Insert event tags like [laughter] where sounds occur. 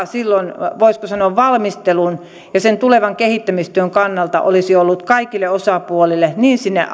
[unintelligible] silloin voisiko sanoa valmistelun ja sen tulevan kehittämistyön kannalta olisi kaikille osapuolille niin sinne [unintelligible]